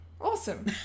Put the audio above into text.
awesome